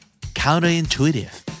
Counterintuitive